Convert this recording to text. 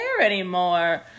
anymore